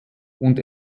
und